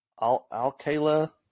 Alcala